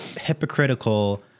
hypocritical